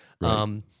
Right